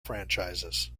franchises